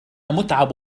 متعب